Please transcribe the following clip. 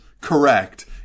correct